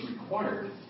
required